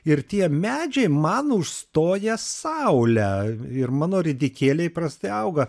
ir tie medžiai man užstoja saulę ir mano ridikėliai prastai auga